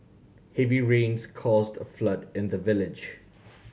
heavy rains caused a flood in the village